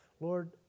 Lord